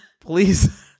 Please